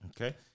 Okay